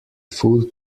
full